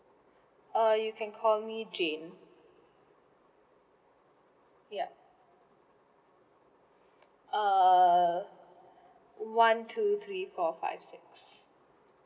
uh you can call me jane ya uh one two three four five six